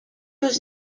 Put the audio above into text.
was